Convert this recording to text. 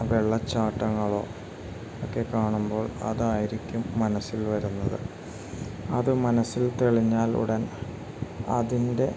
വെള്ളച്ചാട്ടങ്ങളോ ഒക്കെ കാണുമ്പോൾ അതായിരിക്കും മനസ്സിൽ വരുന്നത് അത് മനസ്സിൽ തെളിഞ്ഞാൽ ഉടൻ അതിൻ്റെ